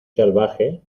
salvaje